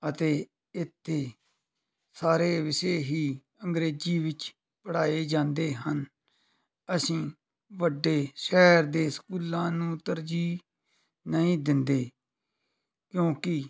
ਅਤੇ ਇੱਥੇ ਸਾਰੇ ਵਿਸ਼ੇ ਹੀ ਅੰਗਰੇਜ਼ੀ ਵਿੱਚ ਪੜ੍ਹਾਏ ਜਾਂਦੇ ਹਨ ਅਸੀਂ ਵੱਡੇ ਸ਼ਹਿਰ ਦੇ ਸਕੂਲਾਂ ਨੂੰ ਤਰਜੀਹ ਨਹੀਂ ਦਿੰਦੇ ਕਿਉਂਕਿ